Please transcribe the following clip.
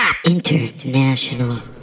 International